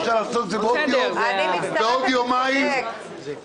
אפשר לעשות זאת בעוד יום או יומיים ולקבל